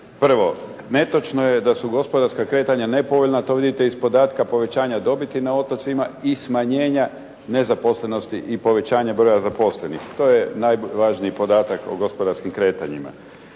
Prvo, netočno je da su gospodarska kretanja nepovoljna, to vidite iz podatka povećanja dobiti na otocima i smanjenja nezaposlenosti i povećanja broja zaposlenih. To je najvažniji podatak o gospodarskim kretanjima.